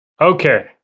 Okay